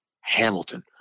Hamilton